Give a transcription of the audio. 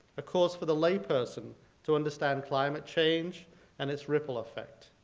a course for the layperson to understand climate change and it's ripple effect.